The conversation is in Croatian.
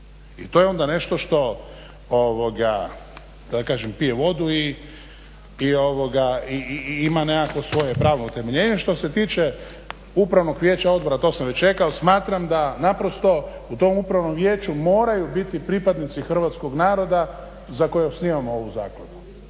I to je onda nešto što da kažem pije vodu i ima nekakvo svoje pravno utemeljenje. Što se tiče upravnog vijeća odbora to sam već rekao. Smatram da naprosto u tom upravnom vijeću moraju biti pripadnici Hrvatskog naroda za koje osnivamo ovu zakladu,